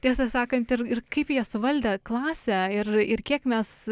tiesą sakant ir ir kaip jie suvaldė klasę ir ir kiek mes